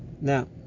Now